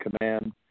command